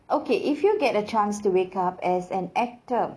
okay if you get a chance to wake up as an actor